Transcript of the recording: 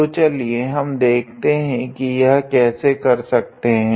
तो चलिए हम देखते है की यह कैसे कर सकते है